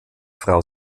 frau